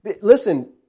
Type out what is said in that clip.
Listen